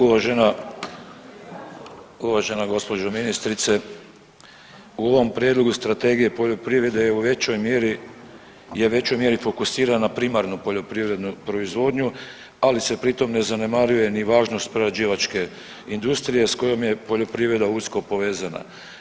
Uvažena, uvažena gospođo ministrice u ovom Prijedlogu Strategije poljoprivrede je u većom mjeri, je u većoj mjeri fokusirana primarnu poljoprivrednu proizvodnju ali se pritom ne zanemaruje ni važnost prerađivačke industrije s kojom je poljoprivreda usko povezana.